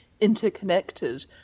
interconnected